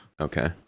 Okay